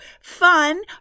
Fun